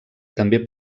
també